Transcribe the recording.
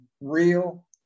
real